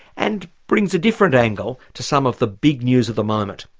and brings a different angle to some of the big news of the moment.